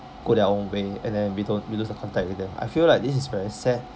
go their own way and then we don't we lose our contact with them I feel like this is very sad